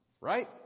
right